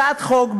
הצעת החוק,